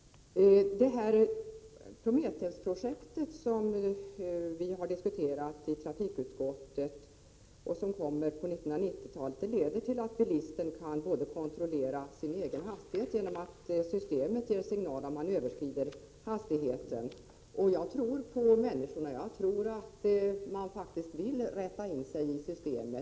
Prometheus-projektet, som vi har diskuterat i trafikutskottet, och som kommer på 1990-talet, skall leda till att bilisten själv kan kontrollera sin hastighet. Systemet ger signaler om man överskrider hastigheten. Jag tror på människorna och på att de vill rätta in sig i systemet.